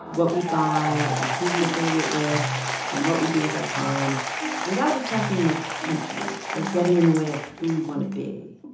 what we buy and who we affiliate with and what we do with our time without attracting much attention or getting in the way of who we want to be